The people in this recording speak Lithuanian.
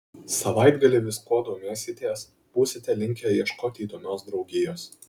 savaitgalį viskuo domėsitės būsite linkę ieškoti įdomios draugijos